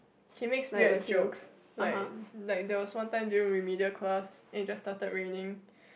he makes weird jokes like like there was one time during remedial class and it just start raining